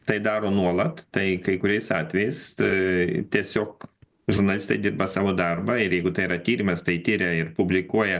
tai daro nuolat tai kai kuriais atvejais tai tiesiog žurnalistai dirba savo darbą ir jeigu tai yra tyrimas tai tiria ir publikuoja